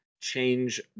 change